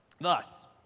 Thus